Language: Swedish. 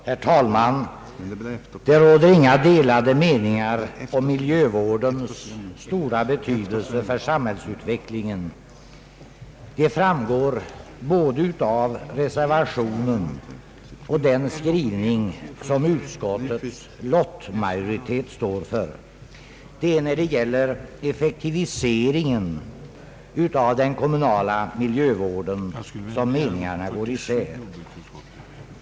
Herr talman! Det råder inga delade meningar om miljövårdens stora betydelse för samhällsutvecklingen. Det framgår av både reservationen och den skrivning som utskottets lottmajoritet står för. Det är när det gäller effektivisering av den kommunala miljövården som meningarna går isär.